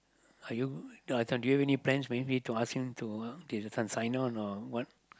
are you uh this one do you have any plans maybe to ask him to your son sign on or what